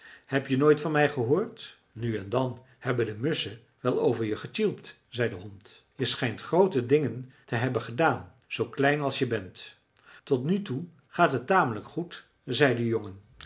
heb je nooit van mij gehoord nu en dan hebben de musschen wel over je getjilpt zei de hond je schijnt groote dingen te hebben gedaan zoo klein als je bent tot nu toe gaat het tamelijk goed zei de jongen